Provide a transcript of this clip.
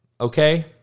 okay